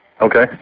Okay